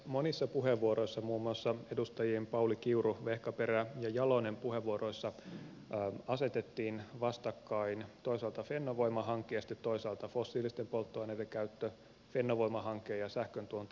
monissa puheenvuoroissa muun muassa edustajien pauli kiuru vehkaperä ja jalonen puheenvuoroissa asetettiin vastakkain toisaalta fennovoima hanke ja toisaalta fossiilisten polttoaineiden käyttö tai fennovoima hanke ja sähköntuonti venäjältä